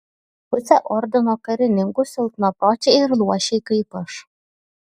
pusė ordino karininkų silpnapročiai ir luošiai kaip aš